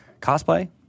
Cosplay